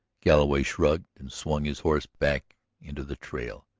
galloway shrugged and swung his horse back into the trail.